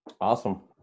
Awesome